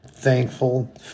Thankful